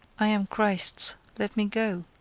i am christ's let me go!